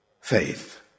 faith